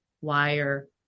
wire